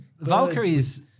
Valkyries